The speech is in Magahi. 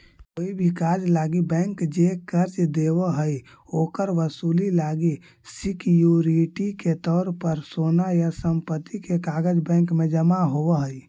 कोई भी कार्य लागी बैंक जे कर्ज देव हइ, ओकर वसूली लागी सिक्योरिटी के तौर पर सोना या संपत्ति के कागज़ बैंक में जमा होव हइ